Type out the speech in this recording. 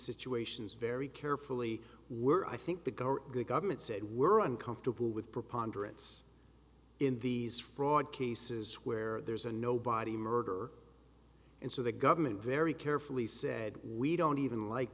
situations very carefully we're i think the gore government said we're uncomfortable with preponderance in these fraud cases where there's a no body murder and so the government very carefully said we don't even like